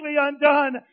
undone